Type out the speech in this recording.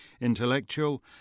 intellectual